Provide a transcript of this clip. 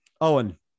Owen